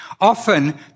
often